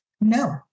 No